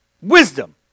Wisdom